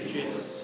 Jesus